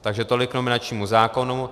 Takže tolik k nominačnímu zákonu.